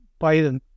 Biden